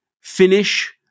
finish